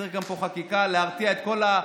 צריך פה גם חקיקה להרתיע את כל המחבלים.